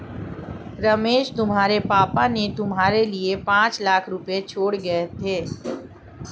रमेश तुम्हारे पापा ने तुम्हारे लिए पांच लाख रुपए छोड़े गए थे